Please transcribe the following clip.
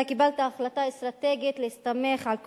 אתה קיבלת החלטה אסטרטגית להסתמך על כוחנות,